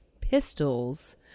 pistols